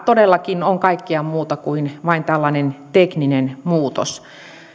todellakin kaikkea muuta kuin vain tällainen tekninen muutos